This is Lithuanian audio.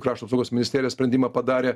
krašto apsaugos ministerija sprendimą padarė